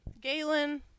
Galen